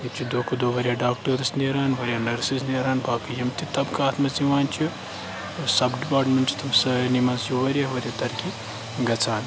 ییٚتہِ چھُ دۄہ کھۄتہٕ دۄہ واریاہ ڈاکٹٲرٕس نیران واریاہ نٔرسٕز نیران باقٕے یِم تہِ طبقہٕ اَتھ منٛز یِوان چھِ سَب ڈِپاٹمٮ۪نٛٹس تِم سارنٕے منٛز چھُ واریاہ واریاہ ترقی گَژھان